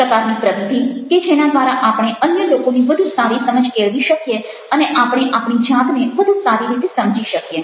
એક પ્રકારની પ્રવિધિ કે જેના દ્વારા આપણે અન્ય લોકોની વધુ સારી સમજ કેળવી શકીએ અને આપણે આપણી જાતને વધુ સારી રીતે સમજી શકીએ